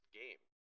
game